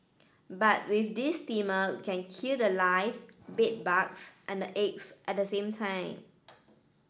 but with this steamer can kill the live bed bugs and the eggs at the same time